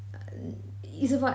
uh it's about